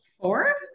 Four